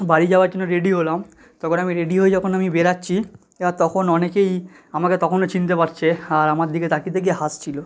বাড়ি যাওয়ার জন্য রেডি হলাম তখন আমি রেডি হয়ে যখন আমি বেরচ্ছি এবার তখন অনেকেই আমাকে তখনও চিন্তে পারছে আর আমার দিকে তাকিয়ে তাকিয়ে হাসছিলো